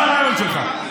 מה הרעיון שלך?